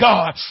God